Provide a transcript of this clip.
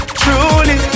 truly